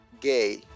gay